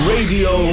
Radio